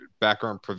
background